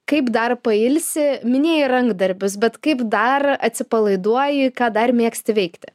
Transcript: kaip dar pailsi minėjai rankdarbius bet kaip dar atsipalaiduoji ką dar mėgsti veikti